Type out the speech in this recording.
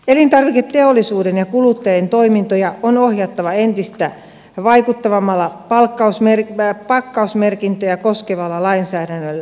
elintarviketeollisuuden ja kuluttajien toimintoja on ohjattava entistä vaikuttavammalla pakkausmerkintöjä koskevalla lainsäädännöllä